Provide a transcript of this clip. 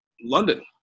London